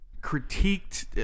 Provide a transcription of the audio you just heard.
critiqued